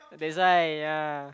that's why yea